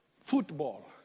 football